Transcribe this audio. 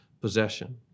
possession